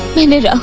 they need ah